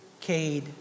Cade